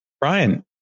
Brian